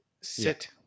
sit